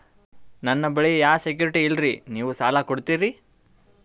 ನನ್ನ ಬಳಿ ಯಾ ಸೆಕ್ಯುರಿಟಿ ಇಲ್ರಿ ನೀವು ಸಾಲ ಕೊಡ್ತೀರಿ?